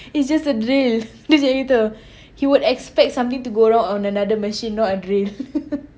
it's just a drill dia cakap gitu he would expect something to go wrong on another machine not a drill